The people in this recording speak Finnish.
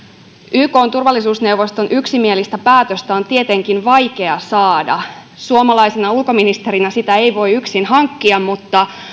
ykn turvallisuusneuvoston yksimielistä päätöstä on tietenkin vaikea saada suomalaisena ulkoministerinä sitä ei voi yksin hankkia mutta